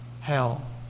hell